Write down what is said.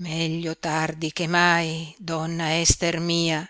meglio tardi che mai donna ester mia